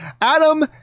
Adam